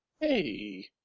Hey